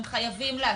הם חייבים להתקין.